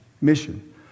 mission